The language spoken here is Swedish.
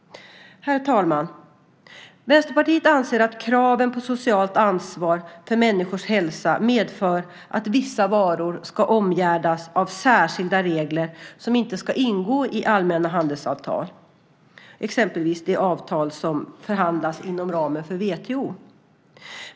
Herr talman! Vänsterpartiet anser att kraven på socialt ansvar och ansvar för människors hälsa medför att vissa varor ska omgärdas av särskilda regler som inte ska ingå i allmänna handelsavtal, exempelvis de avtal som förhandlas inom ramen för WTO.